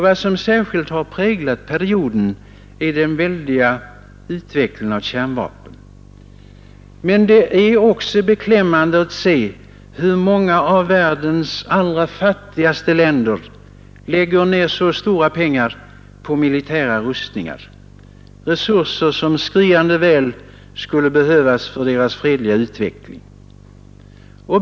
Vad som särskilt präglat perioden är den väldiga utvecklingen av kärnvapen. Men det är också beklämmande att se hur många av världens allra fattigaste länder lägger ner så stora pengar på militära rustningar, resurser som skriande väl skulle behövas för deras fredliga utveckling.